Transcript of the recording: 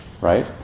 right